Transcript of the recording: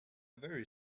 very